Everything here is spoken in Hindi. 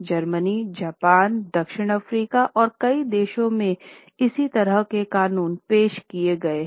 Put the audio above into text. जर्मनी जापान दक्षिण अफ्रीका और कई देशों में इसी तरह के कानून पेश किये गए हैं